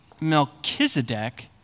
Melchizedek